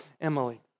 Emily